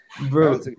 Bro